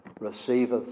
receiveth